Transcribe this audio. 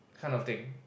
kind of thing